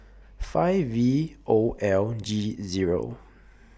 five V O L G Zero